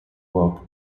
work